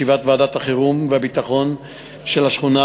בישיבת ועדת החירום והביטחון של השכונה,